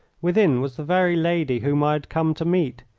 within was the very lady whom i had come to meet.